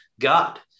God